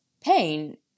pain